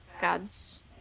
gods